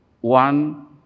one